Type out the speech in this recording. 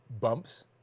bumps